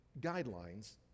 guidelines